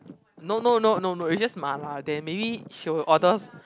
no no not no no it's just mala then maybe she will orders